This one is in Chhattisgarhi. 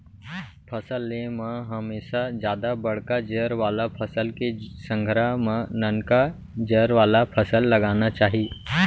फसल ले म हमेसा जादा बड़का जर वाला फसल के संघरा म ननका जर वाला फसल लगाना चाही